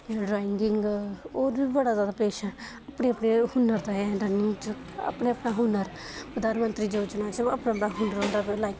drawing होर बी बड़ा जैदा किश ऐ अपने अपने हुनर दा ऐ लर्निंग च अपने अपने हुनर प्रधानमंत्री योजना च अपना अपना